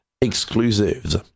exclusives